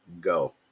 go